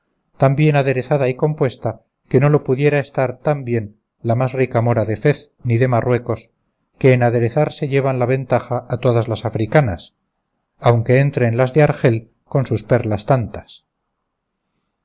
bien aderezada y compuesta que no lo pudiera estar tan bien la más rica mora de fez ni de marruecos que en aderezarse llevan la ventaja a todas las africanas aunque entren las de argel con sus perlas tantas